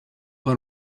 but